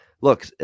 look